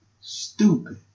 Stupid